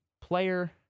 player